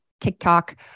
TikTok